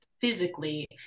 physically